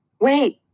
Wait